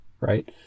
right